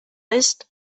ist